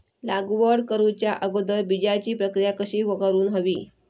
लागवड करूच्या अगोदर बिजाची प्रकिया कशी करून हवी?